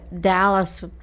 dallas